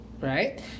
right